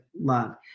love